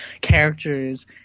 characters